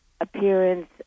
appearance